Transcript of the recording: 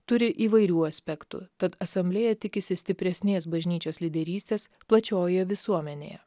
turi įvairių aspektų tad asamblėja tikisi stipresnės bažnyčios lyderystės plačiojoje visuomenėje